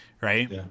Right